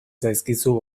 zaizkizu